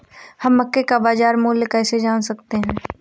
हम मक्के का बाजार मूल्य कैसे जान सकते हैं?